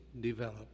develop